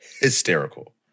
hysterical